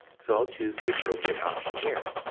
so i'll choose the appropriate option here.